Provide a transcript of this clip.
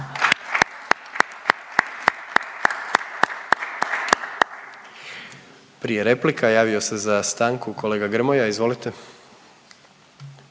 Prije replika javio se za stanku kolega Grmoja, izvolite.